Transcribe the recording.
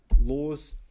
laws